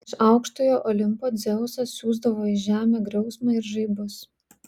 iš aukštojo olimpo dzeusas siųsdavo į žemę griausmą ir žaibus